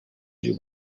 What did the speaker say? you